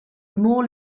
mall